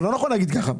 זה לא נכון לומר כך.